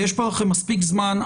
יש לכם מספיק זמן,